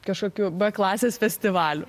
kažkokiu b klasės festivaliu